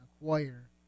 acquire